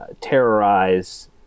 terrorize